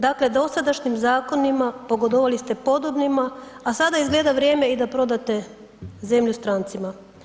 Dakle s dosadašnjim zakonima pogodovali ste podobnima, a sada je izgleda vrijeme i da prodate zemlju strancima.